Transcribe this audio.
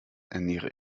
ernähre